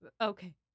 okay